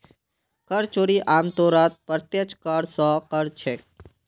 कर चोरी आमतौरत प्रत्यक्ष कर स कर छेक